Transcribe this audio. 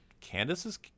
Candace's